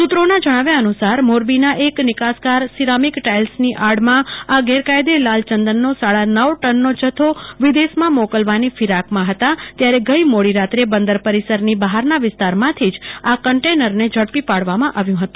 સુત્રોના જણાવ્યા અનુસાર મોરબીની એક નિકાસકાર સિરામિક ટાઈલ્સની આડમાં આ ગેરકાથદેસર લાલ ચંદનની સાડા નવ ટન જથ્થો વિદેશમાં મોકલવાની ફિરાકમાં હેતા ત્યારે ગઈ મોડી રાત્રે બંદર પરિસરની બફારના વિસ્તારમાંથી જ આ કન્ટેનર ને ઝડપી પાડવામાં આવ્યું હતું